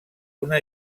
una